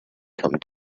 come